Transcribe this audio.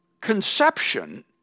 conception